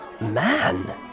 man